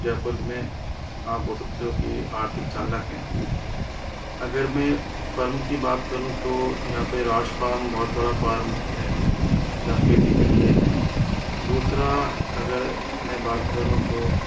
जयपुर में आप बोल सकते हो की आर्थिक चालक है अगर मैं फर्म की बात करूँ तो यहाँ पर राज फार्म बहुत बड़ा फार्म है जहाँ खेती के लिए है दूसरा अगर मैं बात करूँ तो